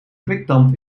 kwikdamp